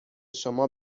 شما